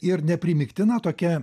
ir neprimygtina tokia